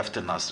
יפת אל נסרה,